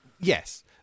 Yes